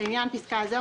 לעניין פסקה זו,